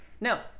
No